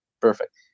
perfect